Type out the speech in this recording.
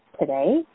today